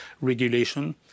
regulation